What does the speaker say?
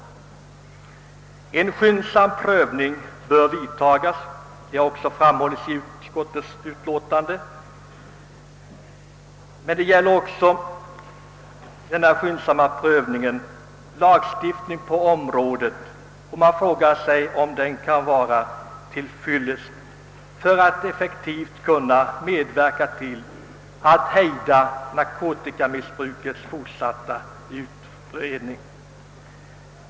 En skyndsam prövning av frågan bör vidtagas — det har också framhållits i utskottets utlåtande. Men det bör också komma till stånd en skyndsam prövning av lagstiftningen på området. Man kan fråga sig om gällande lagstiftning kan anses till fyllest för att effektivt medverka till att hejda narkotikamissbrukets fortsatta utbredning.